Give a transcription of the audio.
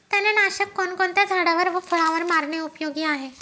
तणनाशक कोणकोणत्या झाडावर व फळावर मारणे उपयोगी आहे?